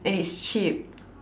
and it's cheap